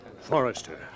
Forrester